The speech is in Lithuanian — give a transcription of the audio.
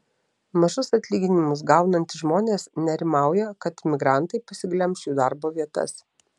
mažus atlyginimus gaunantys žmonės nerimauja kad imigrantai pasiglemš jų darbo vietas